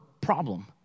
problem